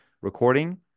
recording